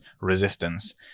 resistance